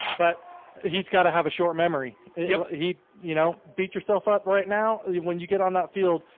but he's got to have a short memory yeah, he you know beat yourself up right now when you get on that field,